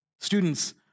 Students